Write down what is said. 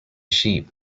sheep